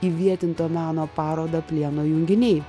įvietinto meno parodą plieno junginiai